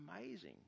amazing